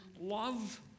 love